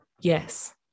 yes